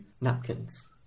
napkins